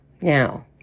Now